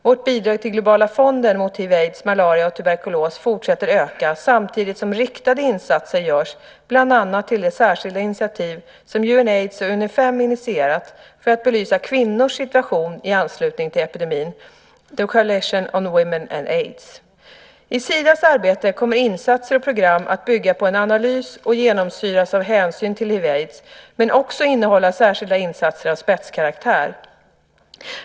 Vårt bidrag till Globala fonden mot hiv aids men också innehålla särskilda insatser av spetskaraktär.